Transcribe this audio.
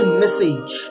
message